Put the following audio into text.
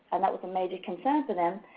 and that was a major concern for them.